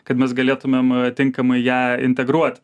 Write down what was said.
kad mes galėtumėm tinkamai ją integruot